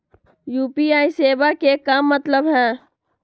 UPI सेवा के का मतलब है?